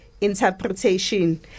interpretation